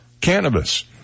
cannabis